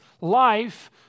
life